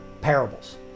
parables